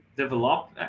Develop